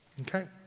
Okay